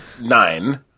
nine